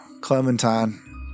Clementine